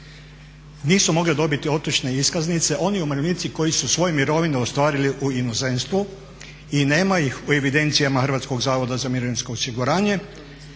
nisu mogle dobiti otočne iskaznice, oni umirovljenici koji su svoju mirovinu ostvarili u inozemstvu i nema ih u evidencijama Hrvatskog zavoda za mirovinsko osiguranje,